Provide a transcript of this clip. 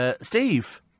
Steve